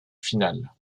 finale